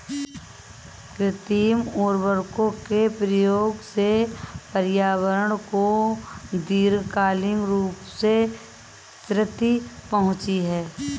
कृत्रिम उर्वरकों के प्रयोग से पर्यावरण को दीर्घकालिक रूप से क्षति पहुंचती है